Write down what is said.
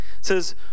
says